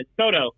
toto